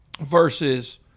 versus